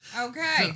Okay